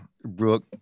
Brooke